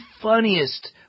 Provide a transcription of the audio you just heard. funniest